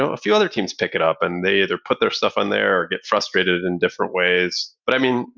a few other teams pick it up and they either put their stuff on their or get frustrated in different ways. but i mean,